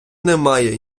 немає